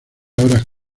ahora